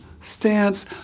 stance